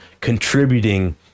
contributing